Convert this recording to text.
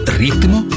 ritmo